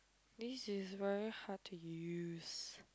this is very hard to use